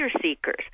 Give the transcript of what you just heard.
seekers